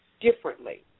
differently